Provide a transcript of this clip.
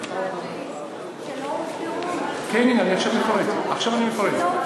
שלא הוסדרו, כן, עכשיו אני מפרט.